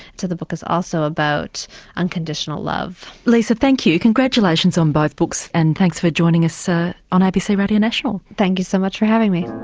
the book is also about unconditional love. lisa thank you, congratulations on both books and thanks for joining us ah on abc radio national. thank you so much for having me.